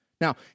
Now